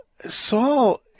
Saul